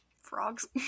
Frogs